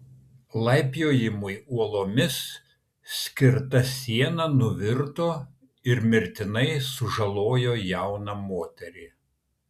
laipiojimui uolomis skirta siena nuvirto ir mirtinai sužalojo jauną moterį